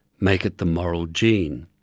make it the moral gene.